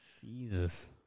Jesus